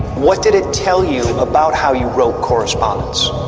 what did it tell you about how you wrote correspondence?